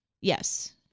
Yes